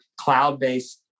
cloud-based